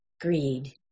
greed